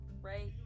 Right